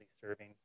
serving